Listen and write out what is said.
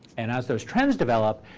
and as those trends develop,